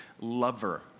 lover